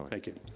thank you.